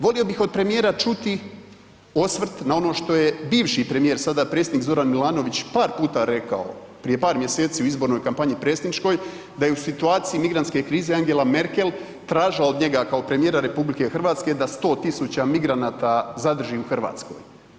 Volio bih od premijera čuti osvrt na ono što je bivši premijer, sada predsjednik Zoran Milanović, par puta rekao prije par mjeseci u izbornoj kampanji predsjedničkoj da je u situaciji migrantske krize Angela Merkel tražila od njega kao premijera RH da 100.000 migranata zadrži u Hrvatskoj.